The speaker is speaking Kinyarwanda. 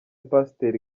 pasiteri